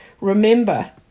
Remember